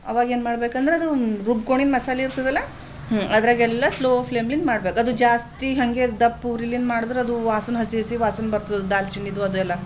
ಅವಾಗ ಏನು ಮಾಡ್ಬೇಕಂದ್ರದು ರುಬ್ಕೊಂಡಿದ್ದ ಮಸಾಲೆ ಇರ್ತದಲ್ಲ ಹ್ಞೂ ಅದರಾಗೆಲ್ಲ ಸ್ಲೋ ಫ್ಲೇಮ್ಲಿಂದ ಮಾಡ್ಬೇಕು ಅದು ಜಾಸ್ತಿ ಹಾಗೆ ದಪ್ಪ ಊರಿಲಿಂದ ಮಾಡ್ದ್ರೆ ಅದು ವಾಸನೆ ಹಸಿ ಹಸಿ ವಾಸನೆ ಬರ್ತದೆ ದಾಲ್ಚಿನ್ನಿದು ಅದೆಲ್ಲ